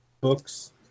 books